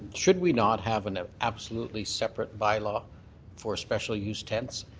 should we not have an ah absolutely separate bylaw for especially used tents?